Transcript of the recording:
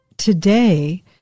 Today